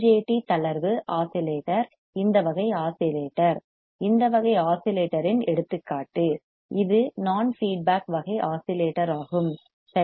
D UJT தளர்வு oscillator இந்த வகை ஆஸிலேட்டர் இந்த வகை ஆஸிலேட்டரின் எடுத்துக்காட்டு இது நான் ஃபீட்பேக் வகை ஆஸிலேட்டராகும் சரி